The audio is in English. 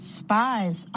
spies